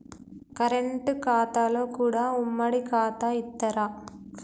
Current ఖాతాలో కూడా ఉమ్మడి ఖాతా ఇత్తరా?